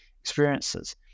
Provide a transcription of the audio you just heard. experiences